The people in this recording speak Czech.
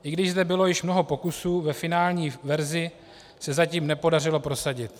I když zde bylo již mnoho pokusů, ve finální verzi se zatím nepodařilo prosadit.